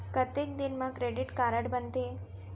कतेक दिन मा क्रेडिट कारड बनते?